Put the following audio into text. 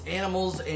animals